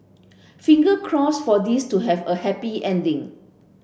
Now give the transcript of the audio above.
finger crossed for this to have a happy ending